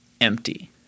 empty